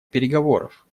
переговоров